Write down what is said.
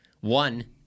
One